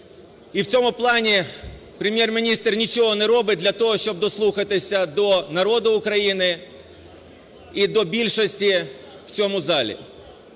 І в цьому плані Прем'єр-міністр нічого не робить для того, щоб дослухатися до народу України і до більшості в цьому залі.